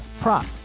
prop